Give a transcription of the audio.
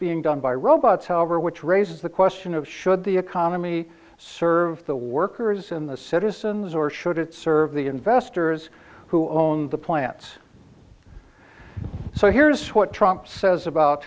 being done by robots however which raises the question of should the economy serve the workers in the citizens or should it serve the investors who own the plants so here's what trump says about